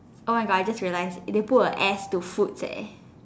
oh my god I just realised they put a S to foods eh